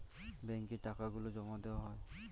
ব্যাঙ্কে টাকা গুলো জমা দেওয়া হয়